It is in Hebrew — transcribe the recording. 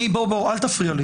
אל תפריע לי.